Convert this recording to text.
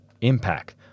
impact